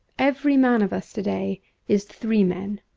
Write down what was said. every man of us to-day is three men.